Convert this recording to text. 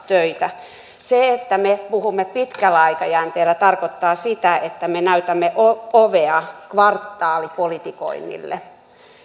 töitä se että me puhumme pitkällä aikajänteellä tarkoittaa sitä että me näytämme ovea kvartaalipolitikoinnille